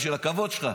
בשביל הכבוד שלך.